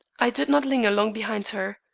i did not linger long behind her.